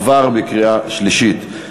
עברה בקריאה שלישית.